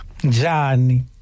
Johnny